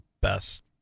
best